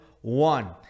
one